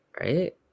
right